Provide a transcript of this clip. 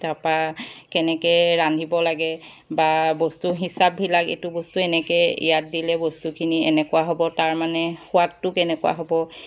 তাৰপৰা কেনেকৈ ৰান্ধিব লাগে বা বস্তু হিচাপবিলাক এইটো বস্তু এনেকৈ ইয়াত দিলে বস্তুখিনি এনেকুৱা হ'ব তাৰ মানে সোৱাদতো কেনেকুৱা হ'ব